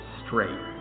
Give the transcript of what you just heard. straight